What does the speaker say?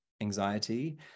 anxiety